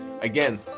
again